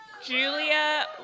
Julia